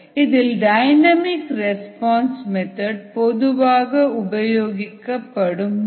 இதில் dynamic response method பொதுவாக உபயோகிக்கப்படும் முறை